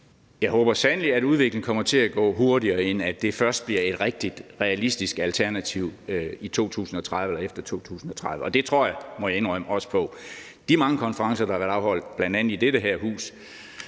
Jeg håber sandelig, at udviklingen kommer til at gå hurtigere, end at det først bliver et rigtig realistisk alternativ efter 2030, og det tror jeg, må jeg indrømme, også på. I de mange konferencer, der har været afholdt, bl.a. i dette hus,